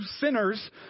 sinners